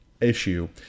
issue